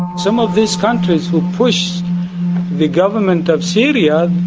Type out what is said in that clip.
some of these countries who push the government of syria,